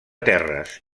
terres